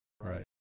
Right